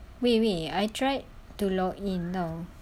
wait wait I tried to log in now